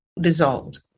dissolved